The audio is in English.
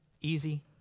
easy